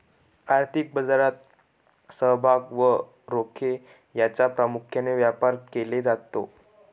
आर्थिक बाजारात समभाग व रोखे यांचा प्रामुख्याने व्यापार केला जातो